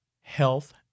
health